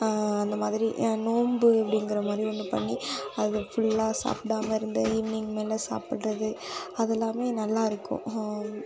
அந்த மாதிரி நோன்பு அப்படிங்கிற மாதிரி ஒன்று பண்ணி அது ஃபுல்லாக சாப்பிடாம இருந்து ஈவினிங் மேல் சாப்பிட்றது அதெல்லாம் நல்லாயிருக்கும்